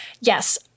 Yes